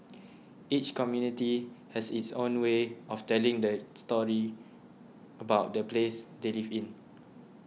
each community has its own way of telling the story about the place they live in